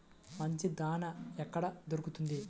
మంచి దాణా ఎక్కడ దొరుకుతుంది?